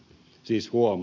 siis huom